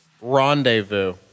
rendezvous